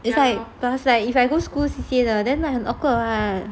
it's like plus like if I go school C_C_A 的 then like awkward [what]